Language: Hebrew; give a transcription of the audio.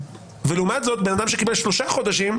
לעומת זאת בן אדם שקיבל שלושה חודשים,